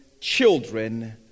children